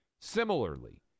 Similarly